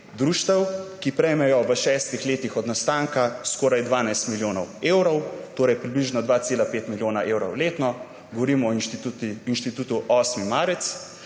društev, ki prejmejo v šestih letih od nastanka skoraj 12 milijonov evrov, torej približno 2,5 milijona evrov na leto. Govorim o Inštitutu 8 marec,